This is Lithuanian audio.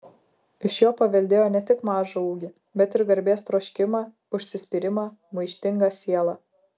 iš jo paveldėjo ne tik mažą ūgį bet ir garbės troškimą užsispyrimą maištingą sielą